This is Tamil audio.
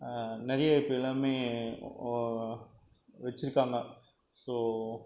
நிறையா இருக்கு எல்லாம் வெச்சுருக்காங்க ஸோ